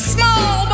Small